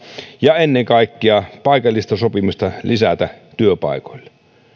ja ennen kaikkea paikallista sopimista lisätä työpaikoille